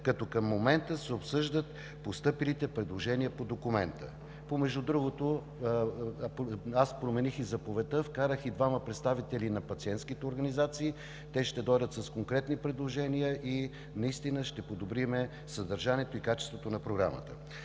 като към момента се обсъждат постъпилите предложения по документа. Между другото, аз промених и заповедта – вкарах и двама представители на пациентските организации. Те ще дойдат с конкретни предложения и наистина ще подобрим съдържанието и качеството на Програмата.